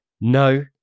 no